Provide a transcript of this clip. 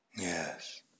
Yes